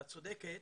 את צודקת,